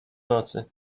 nocy